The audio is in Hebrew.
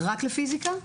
רק לפיזיקה?